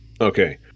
Okay